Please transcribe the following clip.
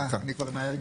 אה, אני מההרגל.